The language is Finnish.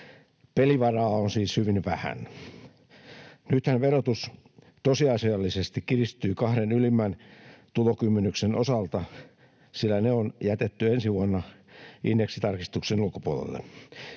Pelivaraa on siis hyvin vähän. Nythän verotus tosiasiallisesti kiristyy kahden ylimmän tulokymmenyksen osalta, sillä ne on jätetty ensi vuonna indeksitarkistuksen ulkopuolelle.